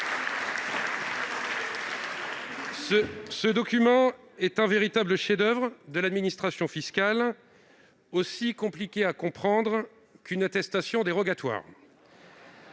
Ce document est un véritable chef-d'oeuvre de l'administration fiscale, aussi compliqué à comprendre qu'une attestation dérogatoire.